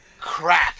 Crap